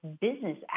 business